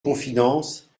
confidences